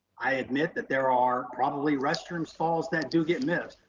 i admit that there are probably restroom stalls that do get missed.